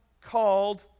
called